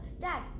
Dad